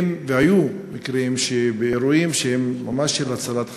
והיו מקרים באירועים שהם ממש של הצלת חיים,